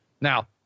Now